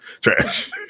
trash